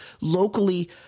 locally